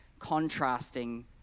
contrasting